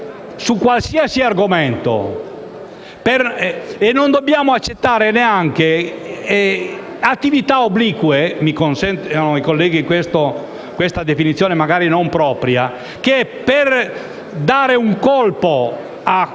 su qualsiasi argomento e non dobbiamo accettare neanche attività oblique - mi consentano i colleghi questa definizione magari non propria - per cui, per dare un colpo al